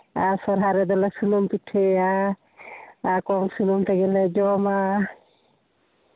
ᱟᱨ ᱥᱚᱨᱦᱟᱭ ᱨᱮᱫᱚ ᱞᱮ ᱥᱩᱱᱩᱢ ᱯᱤᱴᱷᱟᱹᱭᱟ ᱟᱨ ᱠᱚᱢ ᱥᱩᱱᱩᱢ ᱛᱮᱜᱮᱞᱮ ᱡᱚᱢᱟ